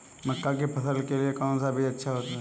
मक्का की फसल के लिए कौन सा बीज अच्छा होता है?